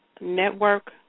network